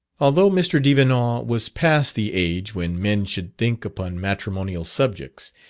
although mr. devenant was past the age when men should think upon matrimonial subjects,